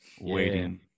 waiting